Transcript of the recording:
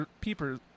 peepers